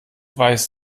weiß